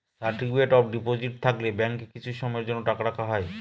certificate of deposit থাকলে ব্যাঙ্কে কিছু সময়ের জন্য টাকা রাখা হয়